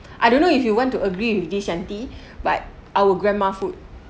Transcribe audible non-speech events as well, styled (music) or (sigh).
I don't know if you want to agree with this Yanti (breath) but our grandma food